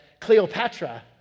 Cleopatra